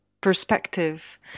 perspective